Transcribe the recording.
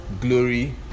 glory